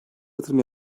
yatırım